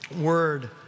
Word